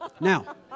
Now